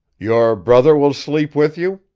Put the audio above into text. your brother will sleep with you?